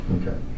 Okay